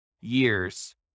years